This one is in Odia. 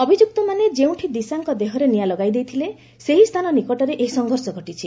ଅଭିଯୁକ୍ତମାନେ ଯେଉଁଠି ଦିଶାଙ୍କ ଦେହରେ ନିଆଁ ଲଗାଇଦେଇଥିଲେ ସେହି ସ୍ଥାନ ନିକଟରେ ଏହି ସଂଘର୍ଷ ଘଟିଛି